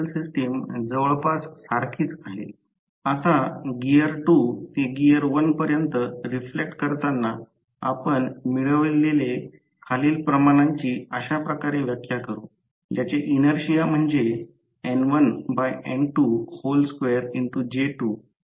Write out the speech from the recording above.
तर दोन प्रकारचे रोटर विंडिंग वापरा एक म्हणजे इन्सुलेटेड वायर ने बनविलेले पारंपारिक 3 फेज विंडिंग जे वाऊंड रोटर च्या इंडक्शन मोटर मध्ये आहे ते आकृतीद्वारे दर्शविले जाते